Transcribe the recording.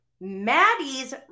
Maddie's